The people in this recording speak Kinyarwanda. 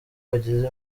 bagize